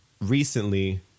recently